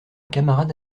camarade